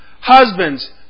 Husbands